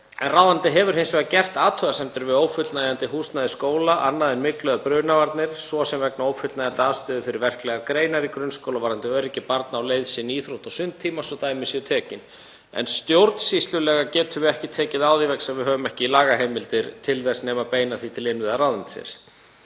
Ráðuneytið hefur hins vegar gert athugasemdir við ófullnægjandi húsnæði skóla, annað en myglu og brunavarnir, svo sem vegna ófullnægjandi aðstöðu fyrir verklegar greinar í grunnskólum og varðandi öryggi barna á leið sinni í íþrótta- og sundtíma, svo dæmi séu tekin. En stjórnsýslulega getum við ekki tekið á því vegna þess að við höfum ekki lagaheimildir til þess nema beina því til innviðaráðuneytisins.